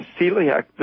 celiac